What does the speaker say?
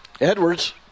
Edwards